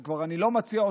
אני כבר לא מציע אותה,